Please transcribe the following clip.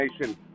Nation